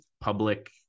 public